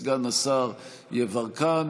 סגן השר יברקן,